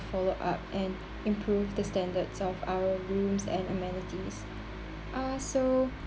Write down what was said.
follow up and improve the standards of our rooms and amenities uh so